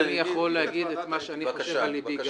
אבל אני יכול להגיד את מה שאני חושב על ליבי גם?